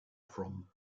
from